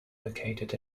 located